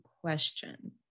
question